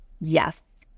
yes